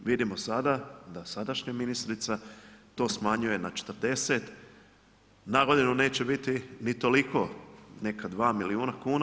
Vidimo sada da sadašnja ministrica to smanjuje na 40, na godinu neće biti ni toliko, neka 2 milijuna kuna.